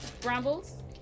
brambles